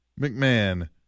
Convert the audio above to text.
McMahon